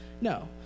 no